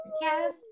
yes